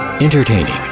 Entertaining